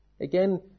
again